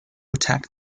attack